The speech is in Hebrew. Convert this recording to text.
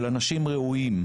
של אנשים ראויים,